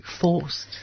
forced